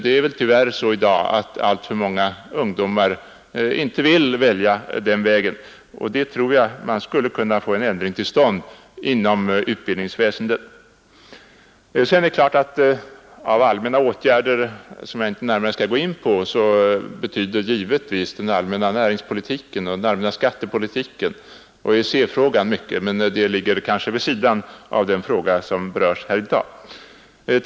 Tyvärr är det så i dag att alltför många ungdomar inte vill arbeta inom industrin, och det tror jag att vi skulle kunna få en ändring på genom åtgärder inom utbildningsväsendet. Av allmänna åtgärder — som jag här inte skall närmare ingå på — betyder givetvis den allmänna näringsoch skattepolitiken samt EEC-frågan mycket, men det är väl en sak som ligger något vid sidan om vad vi i dag diskuterar.